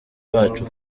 bacu